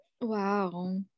Wow